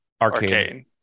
Arcane